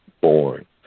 born